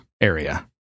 area